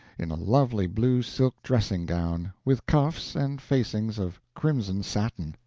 in a lovely blue silk dressing-gown, with cuffs and facings of crimson satin,